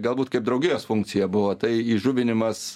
galbūt kaip draugijos funkcija buvo tai įžuvinimas